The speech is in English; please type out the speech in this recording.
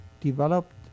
developed